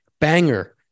banger